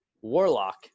warlock